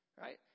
Right